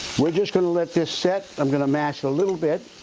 we're just gonna let this set. i'm gonna mash it a little bit.